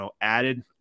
added